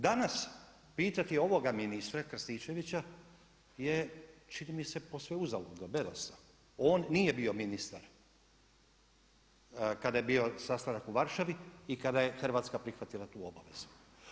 Danas pitati ovoga ministra Krstičevića, je čini mi se posve uzaludno, bedasto, on nije bio ministar kada je bio sastanak u Varšavi kada je Hrvatska prihvatila tu obavezu.